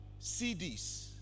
CDs